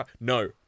no